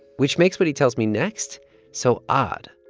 which makes what he tells me next so odd